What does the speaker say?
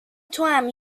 توام